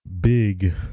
big